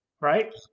right